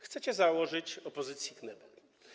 Chcecie założyć opozycji knebel.